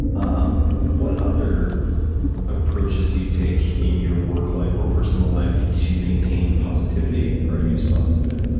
ah what other approaches do you take in your work life or personal life to maintain positivity or use positivity?